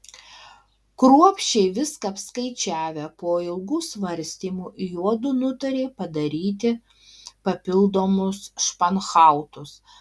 kruopščiai viską apskaičiavę po ilgų svarstymų juodu nutarė padaryti papildomus španhautus